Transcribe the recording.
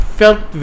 felt